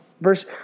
Verse